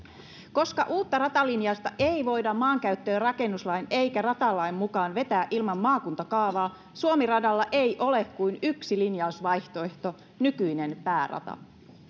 koska uutta ratalinjausta ei voida maankäyttö ja rakennuslain eikä ratalain mukaan vetää ilman maakuntakaavaa suomi radalla ei ole kuin yksi linjausvaihtoehto nykyinen päärata